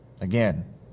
Again